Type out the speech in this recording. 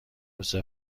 روز